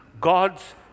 God's